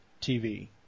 TV